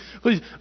please